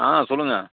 ஆ சொல்லுங்கள்